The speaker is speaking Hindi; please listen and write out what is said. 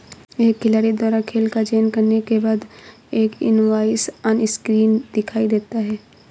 एक खिलाड़ी द्वारा खेल का चयन करने के बाद, एक इनवॉइस ऑनस्क्रीन दिखाई देता है